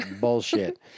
bullshit